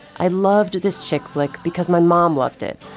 i loved this chick flick because my mom loved it,